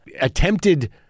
attempted